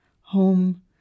Home